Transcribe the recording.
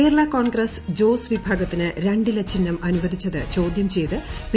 കേരളാ കോൺഗ്രസ് ജ്ജോസ് വിഭാഗത്തിന് ന് രണ്ടില ചിഹ്നം അക്ടുവ്ദിച്ചത് ചോദ്യം ചെയ്ത് പി